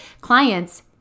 clients